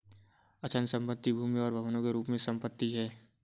अचल संपत्ति भूमि और भवनों के रूप में संपत्ति है